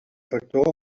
factor